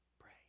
pray